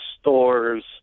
stores